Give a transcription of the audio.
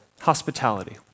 hospitality